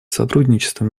сотрудничества